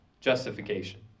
justification